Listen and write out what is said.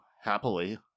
happily